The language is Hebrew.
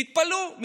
תתפלאו,